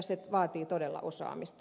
se vaatii todella osaamista